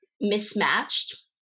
mismatched